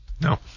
No